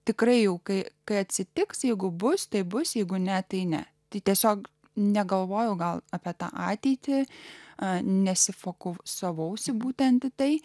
tikrai jau kai kai atsitiks jeigu bus taip bus jeigu ne tai ne tiesiog negalvojau gal apie tą ateitį nesifokusavausi būtent tai